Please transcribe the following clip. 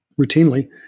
routinely